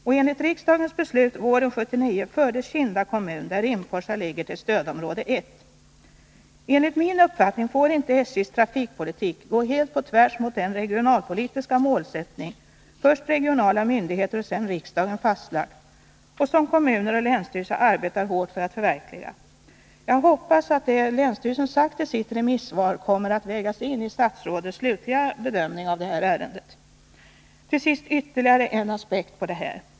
Och enligt riksdagens beslut våren 1979 fördes Kinda kommun, där Rimforsa ligger, till stödområde 1; Enligt min uppfattning får inte SJ:s trafikpolitik gå helt på tvärs mot den regionalpolitiska målsättning som först regionala myndigheter och sedan riksdagen fastlagt och som kommuner och länsstyrelse arbetar hårt för att förverkliga. Jag hoppas att det länsstyrelsen sagt i sitt remissvar kommer att vägas in i statsrådets slutliga bedömning av det här ärendet. Till sist vill jag anlägga ytterligare en aspekt på denna fråga.